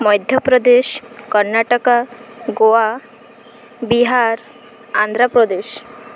Madhya Pradesh Karnataka Goa Bihar Andhra Pradesh